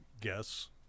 guess